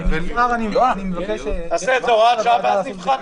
אני מציע שתאמר את הדברים שסוכמו לגבי